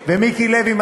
חדש ולסגור את הישן.